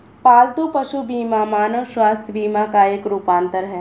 पालतू पशु बीमा मानव स्वास्थ्य बीमा का एक रूपांतर है